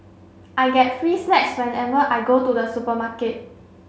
I get free snacks whenever I go to the supermarket